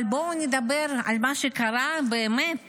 אבל בואו נדבר על מה שקרה באמת,